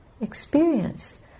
experience